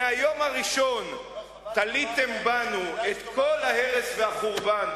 מהיום הראשון תליתם בנו את כל ההרס והחורבן,